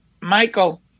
Michael